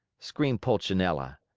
screamed pulcinella.